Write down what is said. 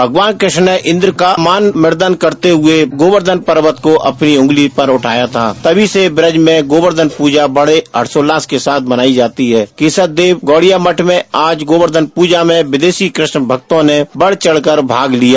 भगवान कृष्ण ने इन्द्र का मान मर्दन करते हए गोवर्धन पर्वत को अपनी कँगली पर उठाया था तभी से बज मे गोवेर्धन प्रजा बड़े हर्षोल्लास के साथ मनाई जाती है केशव देव गोड़िया मठ मे आज गोवेर्धन पूजा मे विदेशी कृष्ण भक्तों ने बढ़ चढ़ कर भाग लिया